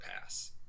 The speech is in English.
pass